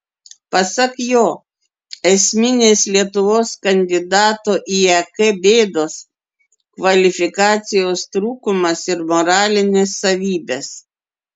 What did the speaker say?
pasak jo esminės lietuvos kandidato į ek bėdos kvalifikacijos trūkumas ir moralinės savybės